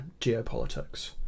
geopolitics